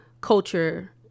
culture